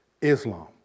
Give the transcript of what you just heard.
Islam